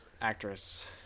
Actress